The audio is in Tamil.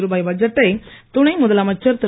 ரூபாய் பட்ஜெட்டை துணை முதலமைச்சர் திரு